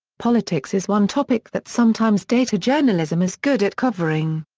politics is one topic that sometimes data journalism is good at covering.